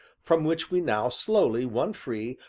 from which we now slowly won free,